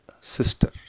sister